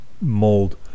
mold